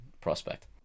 prospect